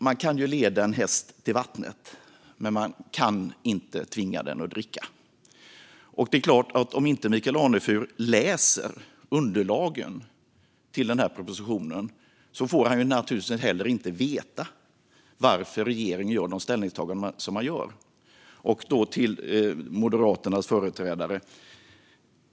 Man kan leda en häst till vattnet, men man kan inte tvinga den att dricka. Det är klart att om Michael Anefur inte läser underlagen till denna proposition får han naturligtvis inte heller veta varför regeringen gör de ställningstaganden som man gör. Det andra gäller Moderaternas företrädare.